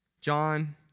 John